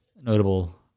notable